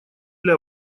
для